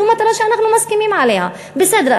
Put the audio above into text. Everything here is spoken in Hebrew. זו מטרה שאנחנו מסכימים עליה, בסדר.